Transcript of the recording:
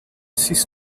sis